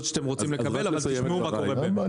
שאתם רוצים לקבל אבל תשמעו מה קורה באמת.